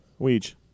Weege